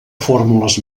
fórmules